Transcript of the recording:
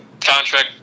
contract